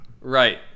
Right